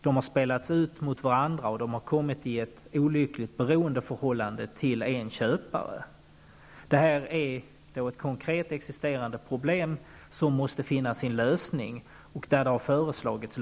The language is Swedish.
De har spelats ut mot varandra, och de har kommit i ett olyckligt beroendeförhållande till en köpare. Det är ett konkret existerande problem, och här måste vi finna en lösning. Olika lösningar har också föreslagits.